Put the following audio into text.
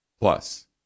Plus